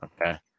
Okay